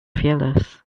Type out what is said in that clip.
fearless